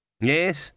Yes